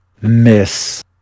miss